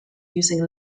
using